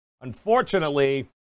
Unfortunately